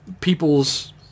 people's